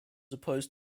opposed